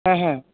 হ্যাঁ হ্যাঁ